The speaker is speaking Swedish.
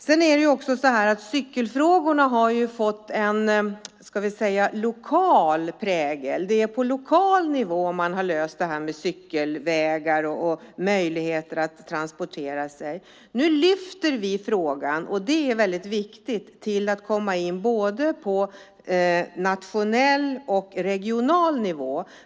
Sedan är det också så att cykelfrågorna har fått en lokal prägel. Det är på lokal nivå som man har löst det här med cykelvägar och möjligheter att transportera sig. Nu lyfter vi frågan - och det är väldigt viktigt - till att komma in både på nationell och på regional nivå.